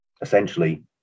essentially